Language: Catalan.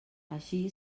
així